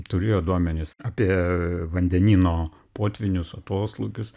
turėjo duomenis apie vandenyno potvynius atoslūgius